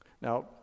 Now